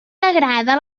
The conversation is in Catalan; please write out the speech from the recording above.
agrada